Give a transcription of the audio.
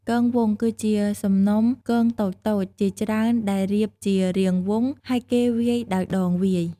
គងវង់គឺជាសំណុំគងតូចៗជាច្រើនដែលរៀបជារាងវង់ ហើយគេវាយដោយដងវាយ។